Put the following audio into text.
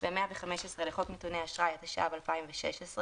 ו-115 לחוק נתוני אשראי,